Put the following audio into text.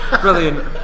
brilliant